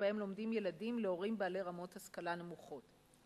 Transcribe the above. שבהם לומדים ילדים להורים בעלי רמות השכלה נמוכות.